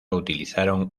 utilizaron